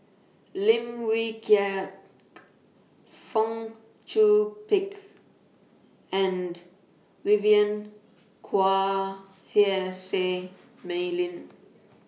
Lim Wee Kiak Fong Chong Pik and Vivian Quahe Seah Mei Lin